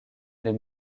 les